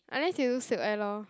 unless you do SilkAir lor